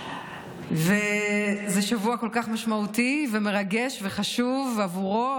זה שבוע כל כך משמעותי ומרגש וחשוב עבורו,